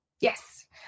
Yes